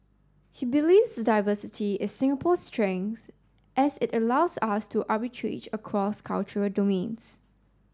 he believes diversity is Singapore's strength as it allows us to arbitrage across cultural domains